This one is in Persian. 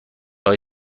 های